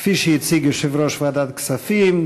כפי שהציג יושב-ראש ועדת כספים,